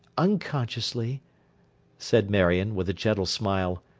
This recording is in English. unconsciously said marion, with a gentle smile,